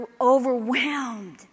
overwhelmed